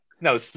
no